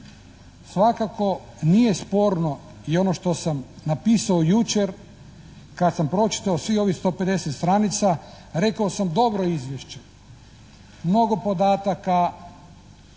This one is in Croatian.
Svakako nije sporno i ono što sam napisao jučer kada sam pročitao svih ovih 150 stranica, rekao sam dobro izvješće. Mnogo podataka,